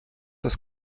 das